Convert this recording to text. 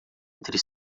entre